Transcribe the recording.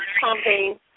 pumping